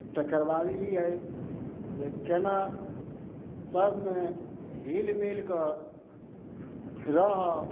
तकर बाद ई अइ जे केना सबमे हिल मिल कऽ रहऽ